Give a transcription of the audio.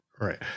Right